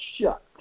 shut